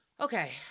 okay